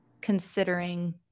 considering